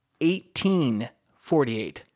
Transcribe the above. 1848